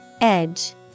Edge